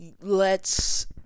lets